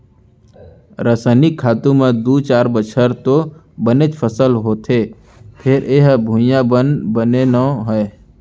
रसइनिक खातू म दू चार बछर तो बनेच फसल होथे फेर ए ह भुइयाँ बर बने नो हय